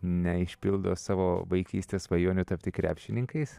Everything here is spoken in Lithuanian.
neišpildo savo vaikystės svajonę tapti krepšininkais